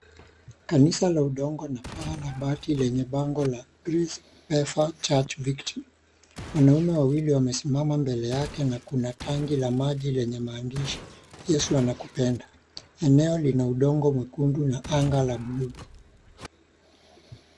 Kanisa la udongo na paa la bati lenye bango la Pefa church victory. Wanaume wawili wamesimama mbele yake na Kuna tanki la maji lenye maandishi ,yesu anakupenda. Eneo lina udongo mwekundu na anga la(cs) blu(cs).